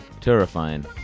Terrifying